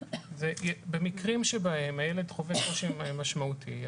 במקרים בהם הילד חווה קושי משמעותי,